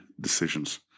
decisions